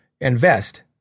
invest